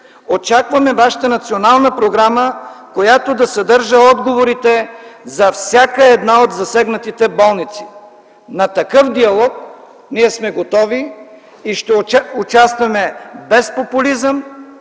Очакваме вашата национална програма, която да съдържа отговорите за всяка една от засегнатите болници. На такъв диалог сме готови и ще участваме без популизъм